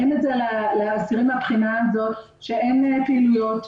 אין את זה לאסירים מבחינה זו שאין פעילויות,